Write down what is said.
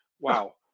Wow